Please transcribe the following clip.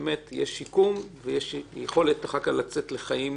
שבאמת יהיה שיקום ויכולת לצאת לחיים